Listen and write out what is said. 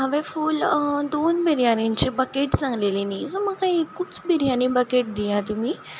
हांवें फूल दोन बिरयानीची बकॅट सांगलेली न्ही सो म्हाका एकूच बिरयानी बकॅट दिया तुमी